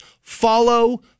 Follow